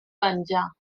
venjar